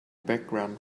background